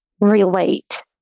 relate